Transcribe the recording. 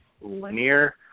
linear